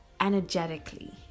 energetically